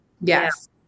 Yes